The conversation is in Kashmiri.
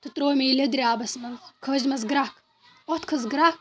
تہٕ ترٛوو مےٚ یہِ لیٚدرِ آبَس منٛز کھٲجِمَس گرٛٮ۪کھ اَتھ کھژٔ گرٛٮ۪کھ